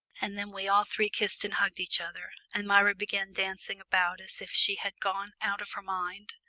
and then we all three kissed and hugged each other, and myra began dancing about as if she had gone out of her mind.